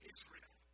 Israel